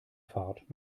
fahrt